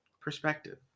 perspective